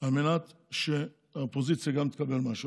על מנת שהאופוזיציה גם תקבל משהו.